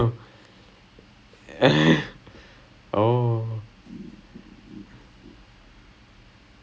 this cricket and then I started playing with after I saw the game I decided to give it a shot